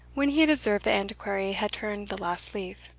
when he had observed the antiquary had turned the last leaf.